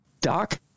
Doc